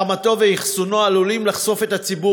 הזרמתו ואחסונו עלולים לחשוף את הציבור